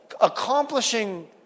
accomplishing